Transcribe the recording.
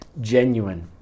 genuine